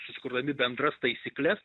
susikurdami bendras taisykles